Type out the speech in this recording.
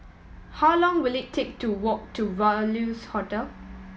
how long will it take to walk to Values Hotel